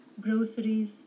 groceries